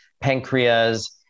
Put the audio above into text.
pancreas